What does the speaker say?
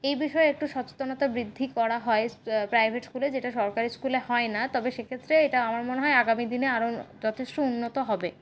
এই বিষয়ে একটু সচেতনতা বৃদ্ধি করা হয় প্রাইভেট স্কুলে যেটা সরকারি স্কুলে হয় না তবে সেক্ষেত্রে এটা আমার মনে হয় আগামী দিনে আরও যথেষ্ট উন্নত হবে